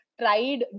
tried